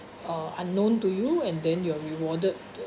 uh unknown to you and then you're rewarded